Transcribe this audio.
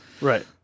right